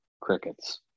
crickets